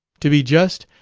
to be just,